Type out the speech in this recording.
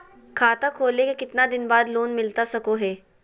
खाता खोले के कितना दिन बाद लोन मिलता सको है?